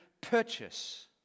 purchase